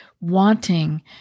wanting